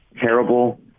terrible